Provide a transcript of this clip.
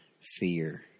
Fear